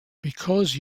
because